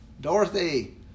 Dorothy